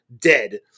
dead